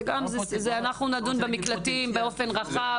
אנחנו נדון במקלטים באופן רחב.